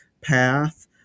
path